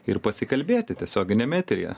ir pasikalbėti tiesioginiam eteryje